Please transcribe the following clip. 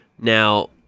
Now